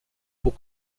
pour